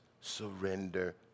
surrender